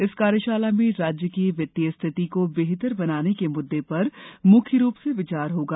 इस कार्यशाला में राज्य की वित्तीय स्थिति को बेहतर बनाने के मुद्दे पर मुख्य रूप से विचार होगा